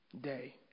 Day